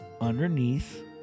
underneath